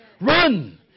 Run